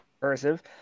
cursive